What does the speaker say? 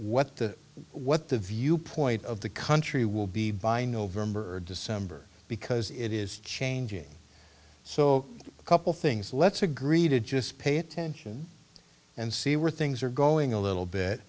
what the what the viewpoint of the country will be by november or december because it is changing so a couple things let's agree to just pay attention and see where things are going a little bit